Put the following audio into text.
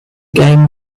game